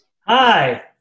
Hi